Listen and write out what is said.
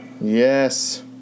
yes